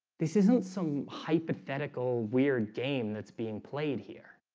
this isn't some hypothetical weird game that's being played here.